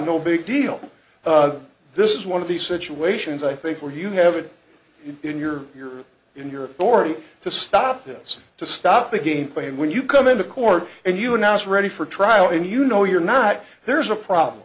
no big deal this is one of these situations i think where you have it in your your in your form to stop this to stop the game playing when you come into court and you announce ready for trial and you know you're not there's a problem